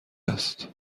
است